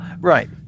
Right